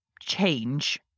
change